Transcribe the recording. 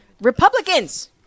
Republicans